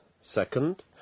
Second